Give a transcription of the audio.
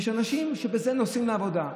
יש אנשים שנוסעים עם זה לעבודה,